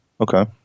okay